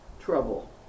trouble